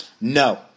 No